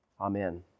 Amen